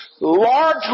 large